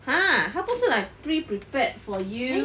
!huh! 他不是 like pre~ prepared for you